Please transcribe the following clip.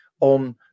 on